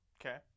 Okay